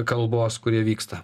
kalbos kurie vyksta